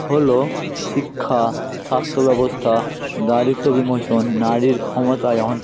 হলো শিক্ষা স্বাস্থ্যব্যবস্থা দারিদ্দ বিমোচন নারীর ক্ষমতায়ন